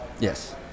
Yes